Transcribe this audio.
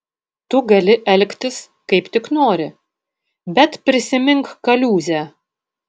tu gali elgtis kaip tik nori bet prisimink kaliūzę